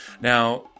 now